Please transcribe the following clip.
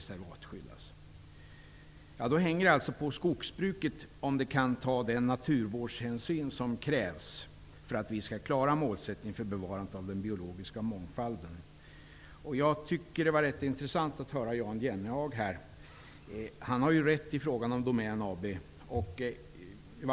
Det hänger alltså på skogsbruket om man kan ta den naturvårdshänsyn som krävs för att vi skall klara målsättningen för bevarande av den biologiska mångfalden. Jag tycker att det var intressant att höra vad Jan Jennehag sade. Han har rätt i fråga om Domän AB.